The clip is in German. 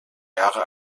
jahre